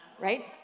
right